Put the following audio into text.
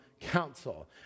council